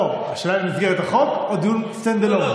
לא, השאלה אם במסגרת החוק או דיון stand alone.